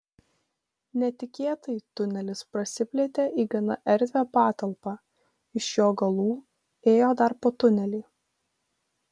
netikėtai tunelis prasiplėtė į gana erdvią patalpą iš jo galų ėjo dar po tunelį